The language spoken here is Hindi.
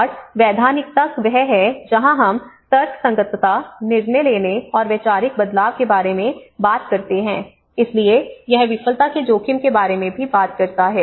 और वैधानिकता वह है जहां हम तर्कसंगतता निर्णय लेने और वैचारिक बदलाव के बारे में बात करते हैं इसलिए यह विफलता के जोखिम के बारे में भी बात करता है